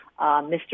Mr